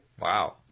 Wow